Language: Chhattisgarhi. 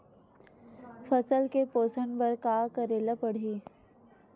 फसल के पोषण बर का करेला पढ़ही?